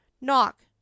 Knock